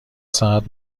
ساعت